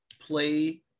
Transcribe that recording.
play